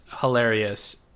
hilarious